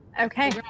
Okay